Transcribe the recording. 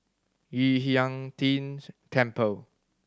Yu Huang Tian's Temple